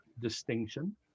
distinction